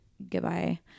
goodbye